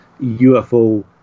UFO